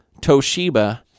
Toshiba